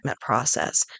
process